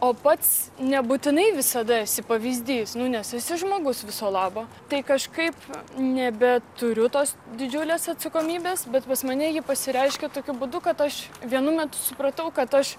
o pats nebūtinai visada esi pavyzdys nes esi žmogus viso labo tai kažkaip nebeturiu tos didžiulės atsakomybės bet pas mane ji pasireiškia tokiu būdu kad aš vienu metu supratau kad aš